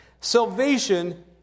Salvation